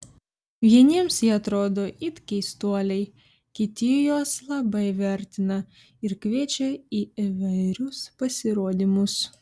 vieniems jie atrodo it keistuoliai kiti juos labai vertina ir kviečia į įvairius pasirodymus